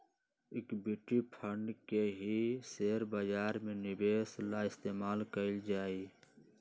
equity fund के ही share बाजार में निवेश ला इस्तेमाल कइल जाहई